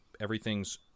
everything's